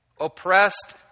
oppressed